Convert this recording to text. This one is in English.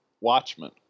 Watchmen